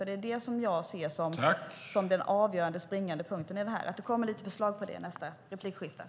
Det är det som jag ser som den springande punkten.